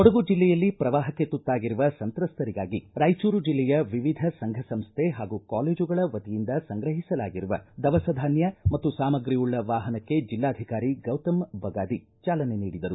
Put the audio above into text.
ಕೊಡಗು ಜಿಲ್ಲೆಯಲ್ಲಿ ಪ್ರವಾಹಕ್ಕೆ ತುತ್ತಾಗಿರುವ ಸಂತ್ರಸ್ತರಿಗಾಗಿ ರಾಯಚೂರು ಜಿಲ್ಲೆಯ ವಿವಿಧ ಸಂಘ ಸಂಸ್ನೆ ಹಾಗೂ ಕಾಲೇಜುಗಳ ವತಿಯಿಂದ ಸಂಗ್ರಹಿಸಲಾಗಿರುವ ದವಸ ಧಾನ್ಯ ಮತ್ತು ಸಾಮಗ್ರಿವುಳ್ಳ ವಾಹನಕ್ಕೆ ಜಿಲ್ಲಾಧಿಕಾರಿ ಗೌತಮ್ ಬಗಾದಿ ಚಾಲನೆ ನೀಡಿದರು